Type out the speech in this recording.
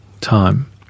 time